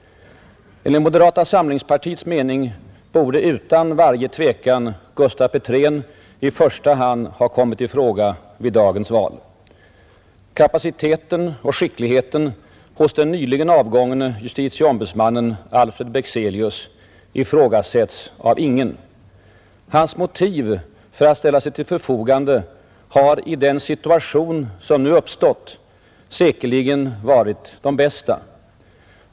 Enligt moderata samlingspartiets mening borde utan varje tvekan Gustaf Petrén i första hand ha kommit i fråga vid dagens val. Kapaciteten och skickligheten hos den nyligen avgångne justitieom budsmannen Alfred Bexelius ifrågasätts av ingen. Hans motiv för att ställa sig till förfogande har i den situation som nu uppstått säkerligen varit de bästa.